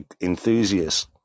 enthusiasts